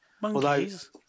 Monkeys